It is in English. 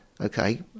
okay